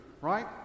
right